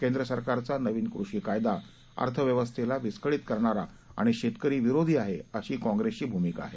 केंद्र सरकारचा नवीन कृषी कायदा अर्थव्यवस्थेला विस्कळीत करणारा आणि शेतकरी विरोधी आहे अशी काँग्रेसची भूमिका आहे